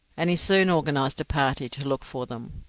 and he soon organised a party to look for them.